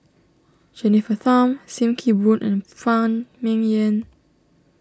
Jennifer Tham Sim Kee Boon and Phan Ming Yen